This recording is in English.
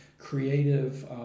creative